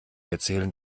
erzählen